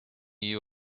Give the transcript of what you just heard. you